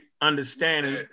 understanding